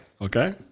Okay